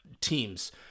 teams